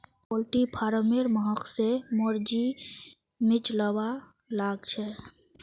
poultry farmer महक स मोर जी मिचलवा लाग छ